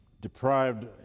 deprived